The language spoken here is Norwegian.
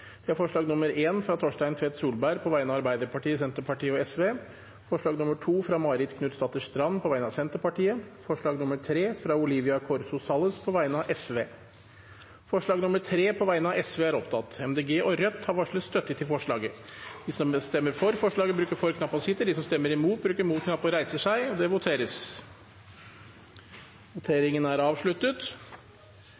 alt tre forslag. Det er forslag nr. 1, fra Torstein Tvedt Solberg på vegne av Arbeiderpartiet, Senterpartiet og Sosialistisk Venstreparti forslag nr. 2, fra Marit Knutsdatter Strand på vegne av Senterpartiet forslag nr. 3, fra Olivia Corso Salles på vegne av Sosialistisk Venstreparti Det voteres